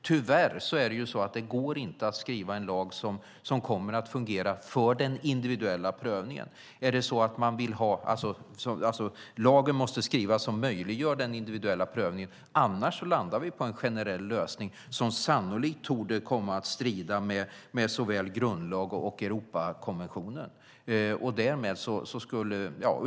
Tyvärr är det så att lagen inte kommer att fungera om den inte skrivs så att den möjliggör den individuella prövningen. Annars landar vi på en generell lösning som sannolikt torde komma att strida mot såväl grundlag som Europakonvention.